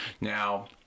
Now